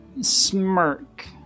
smirk